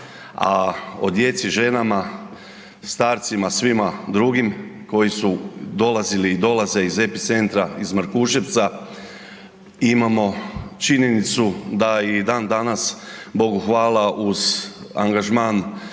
a o djeci, ženama, starcima, svima drugim koji su dolazili i dolaze iz epicentra iz Markuševca imamo činjenicu da i dan danas Bogu hvala uz angažman